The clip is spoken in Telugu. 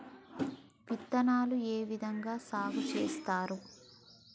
విత్తనాలు ఏ విధంగా సాగు చేస్తారు?